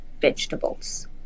vegetables